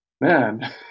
man